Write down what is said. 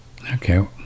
Okay